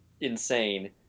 insane